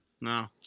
no